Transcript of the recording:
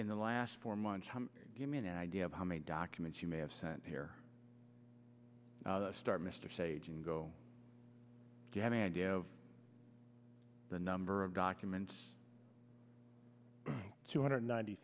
in the last four months give me an idea of how many documents you may have sent here start mr sage and go do you have any idea of the number of documents two hundred ninety